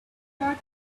heart